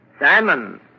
Simon